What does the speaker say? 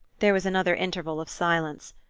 there was another interval of silence.